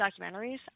documentaries